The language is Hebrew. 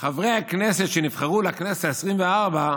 חברי הכנסת שנבחרו לכנסת העשרים-וארבע,